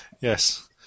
Yes